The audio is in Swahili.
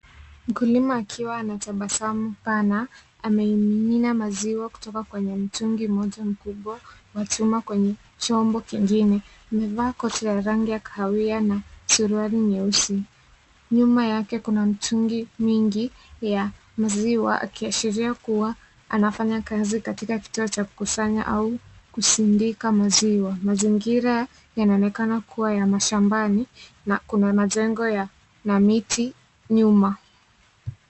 Mkulima akiwa ana tabasamu pana, ameimimina maziwa kutoka kwenye mtungi mmoja mkubwa wa chuma kwenye chombo kingine. Amevaa koti la rangi ya kahawia na suruali nyeusi. Nyuma yake kuna mitungi mingi ya maziwa, akiashiria kuwa anafanya kazi katika kituo cha kukusanya au kusindika maziwa. Mazingira yanaonekana kuwa ya mashambani, na kuna majengo na miti nyuma.